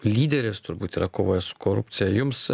lyderis turbūt yra kovoje su korupcija jums